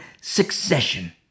succession